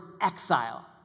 exile